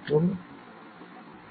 மற்றும்